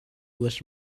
was